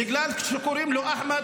בגלל שקוראים לו אחמד,